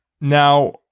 Now